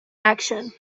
action